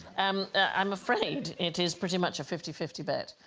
um i'm afraid it is pretty much a fifty fifty bet